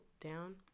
down